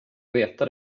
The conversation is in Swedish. veta